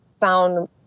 found